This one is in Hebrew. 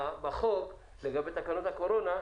בחוק לגבי תקנות הקורונה,